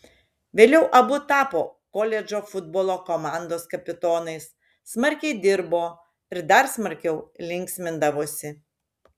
vėliau abu tapo koledžo futbolo komandos kapitonais smarkiai dirbo ir dar smarkiau linksmindavosi